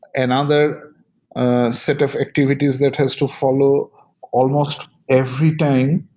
and another set of activities that has to follow almost every time,